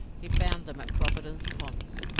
he found them at providence ponds,